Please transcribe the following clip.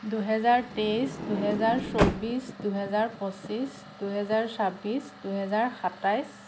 দুহেজাৰ তেইছ দুহেজাৰ চৌব্বিছ দুহেজাৰ পঁচিছ দুহেজাৰ ছাব্বিছ দুহেজাৰ সাতাইছ